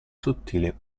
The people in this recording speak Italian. sottile